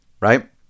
right